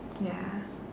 ya